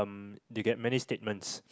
they get many statements